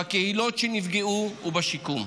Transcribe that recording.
בקהילות שנפגעו ובשיקום.